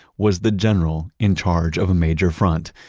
was the general in charge of a major front.